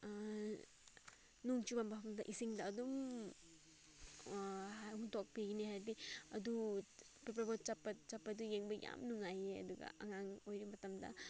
ꯅꯣꯡ ꯆꯨꯕ ꯃꯐꯝꯗ ꯏꯁꯤꯡꯗ ꯑꯗꯨꯝ ꯍꯨꯟꯇꯣꯛꯄꯤꯒꯅꯤ ꯍꯥꯏꯕꯗꯤ ꯑꯗꯨ ꯄꯦꯄꯔ ꯕꯣꯠ ꯆꯠꯄ ꯆꯠꯄꯗꯨ ꯌꯦꯡꯕ ꯌꯥꯝ ꯅꯨꯡꯉꯥꯏꯌꯦ ꯑꯗꯨꯒ ꯑꯉꯥꯡ ꯑꯣꯏꯔꯤ ꯃꯇꯝꯗ